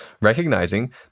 recognizing